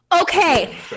Okay